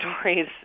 stories